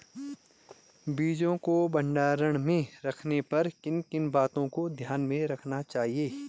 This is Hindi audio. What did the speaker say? बीजों को भंडारण में रखने पर किन किन बातों को ध्यान में रखना चाहिए?